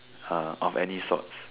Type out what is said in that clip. uh of any sorts